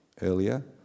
earlier